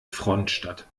frontstadt